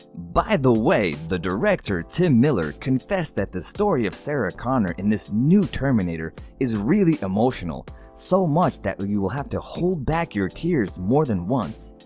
by the way, the director, tim miller, confessed that the story of sarah connor in this new terminator is really emotional, so much that you will have to hold back tears more than once.